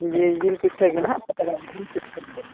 ᱡᱤ ᱡᱤᱞ ᱯᱤᱴᱷᱟᱹ ᱜᱮ ᱱᱟᱦᱟᱜ ᱯᱟᱛᱲᱟ ᱨᱮᱫᱩᱧ ᱯᱤᱴᱷᱟᱹᱭᱟ